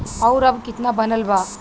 और अब कितना बनल बा?